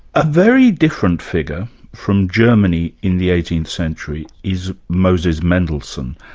a very different figure from germany in the eighteenth century is moses mendelssohn.